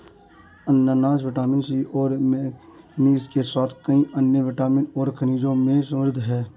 अनन्नास vitamin C और manganese के साथ कई अन्य विटामिन और खनिजों में समृद्ध हैं